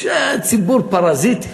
שהציבור פרזיט,